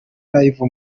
live